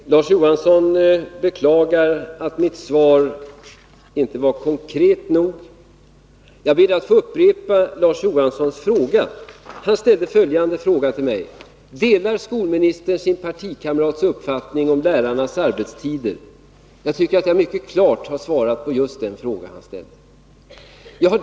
Herr talman! Larz Johansson beklagar att mitt svar inte är konkret nog. Jag ber att få upprepa Larz Johanssons fråga: Delar skolministern sin partikamrats uppfattning om lärarnas arbetstider? Jag tycker att jag mycket klart har svarat på just den fråga han ställt.